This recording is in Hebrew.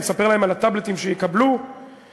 אני מספר להם על הטאבלטים שיקבלו בפברואר,